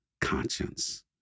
conscience